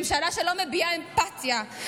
ממשלה שלא מביעה אמפתיה,